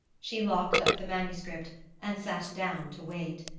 she locked up the manuscript and sat down to wait.